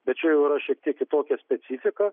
bet čia jau yra šiek tiek kitokia specifika